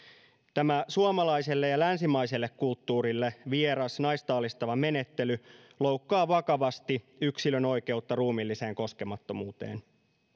tämä suomalaiselle ja länsimaiselle kulttuurille vieras naista alistava menettely loukkaa vakavasti yksilön oikeutta ruumiilliseen koskemattomuuteen